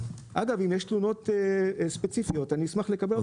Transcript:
אגב, אם יש תלונות ספציפיות אני אשמח לקבל אותן.